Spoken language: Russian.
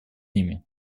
ними